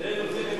זה נושא חברתי.